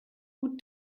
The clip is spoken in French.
route